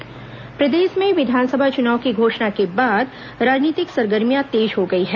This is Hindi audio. चुनावी सरगर्मियां प्रदेश में विधानसभा चुनाव की घोषणा के बाद राजनीतिक सरगर्मियां तेज हो गई हैं